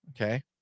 okay